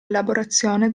elaborazione